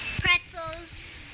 Pretzels